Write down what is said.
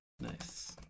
Nice